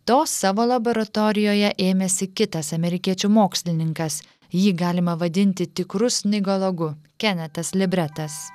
to savo laboratorijoje ėmėsi kitas amerikiečių mokslininkas jį galima vadinti tikru snigologu kenetas libretas